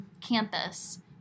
campus